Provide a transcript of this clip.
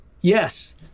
yes